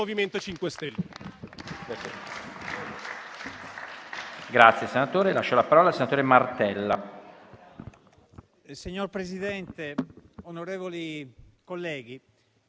MoVimento 5 Stelle.